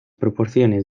proporciones